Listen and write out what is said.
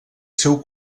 seu